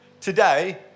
today